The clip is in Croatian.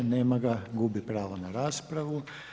Nema ga, gubi pravo na raspravu.